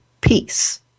peace